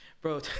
Bro